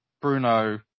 Bruno